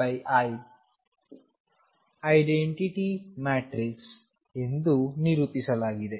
pxiI identity matrix ಎಂದು ನಿರೂಪಿಸಲಾಗಿದೆ